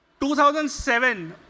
2007